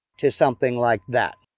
to something like that.